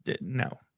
no